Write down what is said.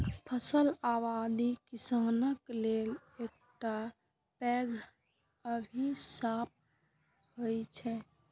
फसल बर्बादी किसानक लेल एकटा पैघ अभिशाप होइ छै